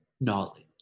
Knowledge